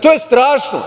To je strašno!